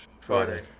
Friday